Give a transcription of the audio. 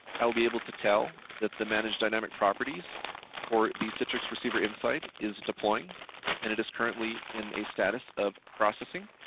i'll be able to tell that the manage dynamic properties for the citrix receiver inside is deploying and it is currently in a status of processing